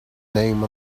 name